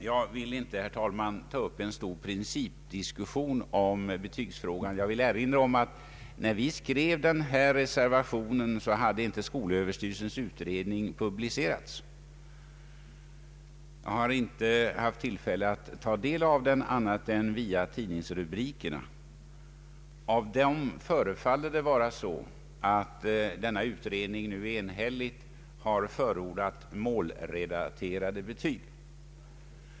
Jag vill inte, herr talman, ta upp en stor principdiskussion om betygsfrågan. När vi skrev denna reservation hade inte skolöverstyrelsens utredning publicerats. Jag har inte haft tillfälle att ta del av den annat än via tidningsnotiserna. Av dem förefaller det vara så att denna utredning nu enhälligt har förordat målrelaterade betyg.